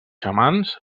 xamans